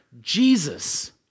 Jesus